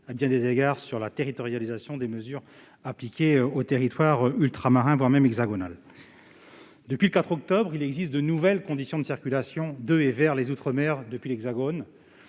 à bien des égards, s'agissant de la territorialisation des mesures appliquées aux territoires ultramarins, voire hexagonaux. Depuis le 4 octobre ont été mises en place de nouvelles conditions de circulation, de et vers les outre-mer depuis l'Hexagone.